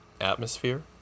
atmosphere